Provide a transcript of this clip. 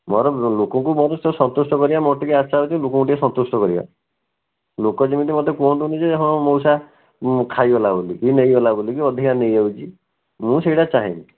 ମୋର ଲୋକଙ୍କୁ ବହୁତ ସନ୍ତୁଷ୍ଟ କରିବା ମୋର ଟିକେ ଆଶା ଅଛି ଲୋକଙ୍କୁ ଟିକେ ସନ୍ତୁଷ୍ଟ କରିବା ଲୋକ ଯେମିତି ମୋତେ କୁହନ୍ତୁନି ଯେ ହଁ ମଉସା ଖାଇଗଲା ବୋଲି କି କି ନେଇଗଲା ବୋଲି କି ଅଧିକା ନେଇଯାଉଛି ମୁଁ ସେଇଟା ଚାହେଁନି